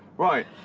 right.